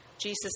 Jesus